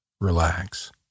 relax